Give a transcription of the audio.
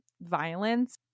violence